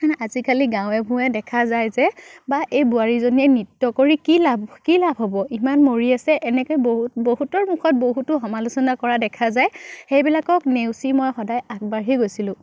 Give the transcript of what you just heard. আজি কালি গাঁৱে ভূঞে দেখা যায় যে বা এই বোৱাৰীজনীয়ে নৃত্য কৰি কি লাভ কি লাভ হ'ব ইমান মৰি আছে এনেকৈ বহুত বহুতৰ মুখত বহুতো সমালোচনা কৰা দেখা যায় সেইবিলাকক নেওচি মই সদায় আগবাঢ়ি গৈছিলোঁ